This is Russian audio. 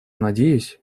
надеюсь